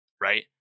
right